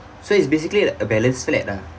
so it's basically a balance flat ah